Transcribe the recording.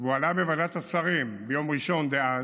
והוא עלה בוועדת השרים ביום ראשון דאז,